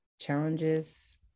challenges